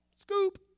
Scoop